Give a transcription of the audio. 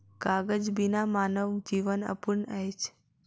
कागज बिना मानव जीवन अपूर्ण अछि